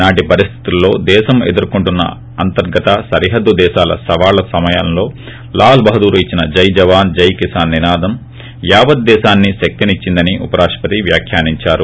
నాటి పరిస్వితుల్లో దేశం ఎదుర్కొంటున్న అంతర్గత సరిహద్దు దేశాల సవాళ్ళ సమయంలో లాల్ బహదూర్ ఇచ్చిన జై జవాన్ జై కిసాన్ నినాదం యావత్ దేశానికి శక్తినిచ్చిందని ఉప రాష్ట పతి వ్యాఖ్యానించారు